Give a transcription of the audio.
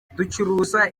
ducuruza